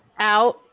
out